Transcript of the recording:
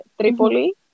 Tripoli